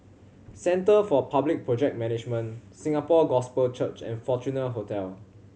Centre for Public Project Management Singapore Gospel Church and Fortuna Hotel